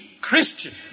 Christian